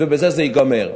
ובזה זה ייגמר.